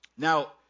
Now